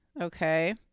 okay